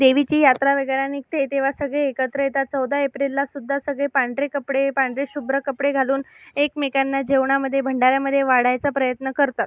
देवीची यात्रा वगैरे निघते तेव्हा सगळे एकत्र येतात चौदा एप्रिललासुद्धा सगळे पांढरे कपडे पांढरेशुभ्र कपडे घालून एकमेकांना जेवणामधे भंडाऱ्यामधे वाढायचा प्रयत्न करतात